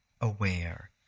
aware